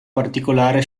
particolare